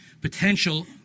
potential